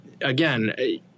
again